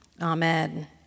Amen